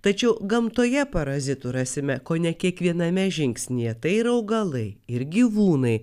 tačiau gamtoje parazitų rasime kone kiekviename žingsnyje tai ir augalai ir gyvūnai